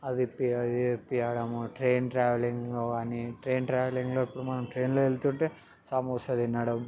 అది ఇప్పీ ఇది ఇప్పీ అనడం ట్రైన్ ట్రావెలింగ్ కాని ట్రైన్ ట్రావెలింగ్లో ఇప్పుడు మనం వెళ్తుంటే సమోసా తినడం